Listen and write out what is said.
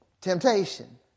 temptation